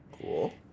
Cool